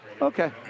okay